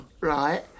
right